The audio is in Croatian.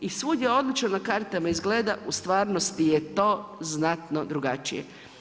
I svud je odlično na kartama izgleda u stvarnosti je to znatno drugačije.